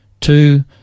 Two